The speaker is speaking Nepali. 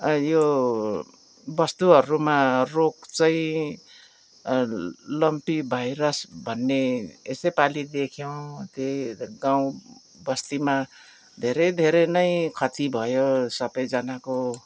यो वस्तुहरूमा रोग चाहिँ लम्पी भाइरस भन्ने सैपालि देख्यौँ त्यही गाउँ वस्तीमा धेरै धेरै नै खती भयो सबैजनाको